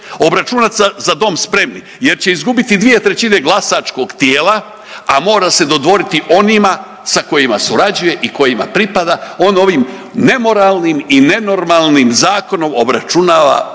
obračunati se „Za dom spremni“ jer će izgubiti dvije trećine glasačkog tijela, a mora se dodvoriti onima sa kojima surađuje i kojima pripada. On ovim nemoralnim i nenormalnim zakonom obračunava